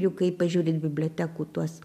juk kai pažiūri bibliotekų tuos